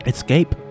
Escape